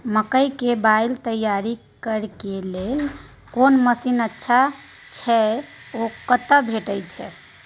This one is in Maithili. मकई के बाईल तैयारी करे के लेल कोन मसीन अच्छा छै ओ कतय भेटय छै